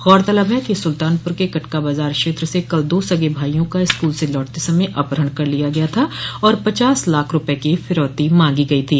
गौरतलब है कि सुल्तानपुर के कटका बाजार क्षेत्र से कल दो सगे भाइयों का स्कूल से लौटते समय अपहरण कर लिया गया था और पचास लाख रूपये की फिरौती मांगी गई थी